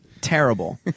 Terrible